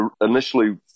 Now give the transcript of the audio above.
initially